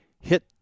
hit